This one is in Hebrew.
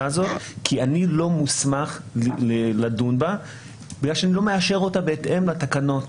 הזאת כי הוא לא מוסמך לדון בה כי הוא לא מאשר אותה בהתאם לתקנות.